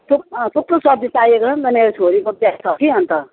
थु थुप्रो सब्जी चाहिएको छ नि त मेरो छोरीको बिहा छ कि अन्त